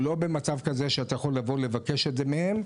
לא כזה שאתה יכול לבוא לבקש את זה מהם,